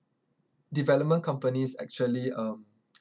development companies actually uh